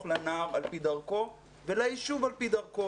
לנער על פי דרכו וליישוב על פי דרכו.